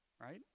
right